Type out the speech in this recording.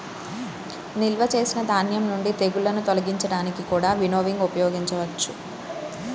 నిల్వ చేసిన ధాన్యం నుండి తెగుళ్ళను తొలగించడానికి కూడా వినోవింగ్ ఉపయోగించవచ్చు